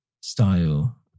style